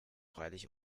freilich